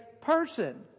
person